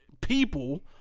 people